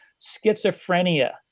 schizophrenia